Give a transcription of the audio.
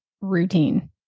routine